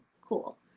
cool